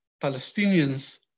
Palestinians